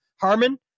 Harmon